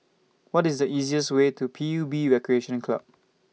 What IS The easiest Way to P U B Recreation Club